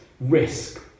risk